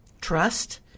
trust